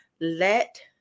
Let